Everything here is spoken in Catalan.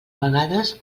vegades